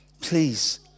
Please